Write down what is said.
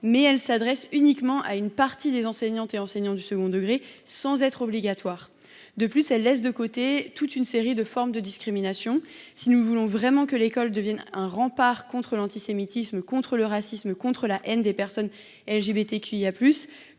mais elles s’adressent uniquement à une partie des enseignantes et enseignants du second degré, sans être obligatoires. De plus, elles laissent de côté toute une série de formes de discrimination. Si nous voulons vraiment que l’école devienne un rempart contre l’antisémitisme, contre le racisme, contre la haine des personnes LGBTQIA+,